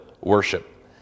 worship